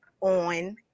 on